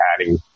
adding